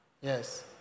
Yes